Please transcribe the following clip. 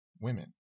women